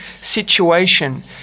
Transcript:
situation